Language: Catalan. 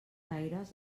aires